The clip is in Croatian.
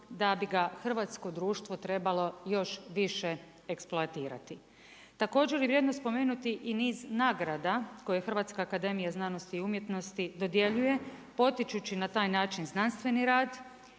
da bi hrvatsko društvo trebalo još više eksploatirati. Također je vrijedno spomenuti i niz nagrada koje HAZU dodjeljuje, potičući na taj način znanstveni rad,